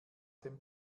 dem